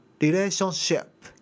relationship